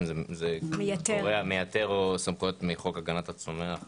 זה מייתר סמכויות מחוק הגנת הצומח וכולי.